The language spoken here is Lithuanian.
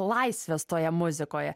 laisvės toje muzikoje